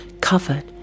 covered